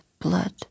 blood